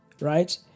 right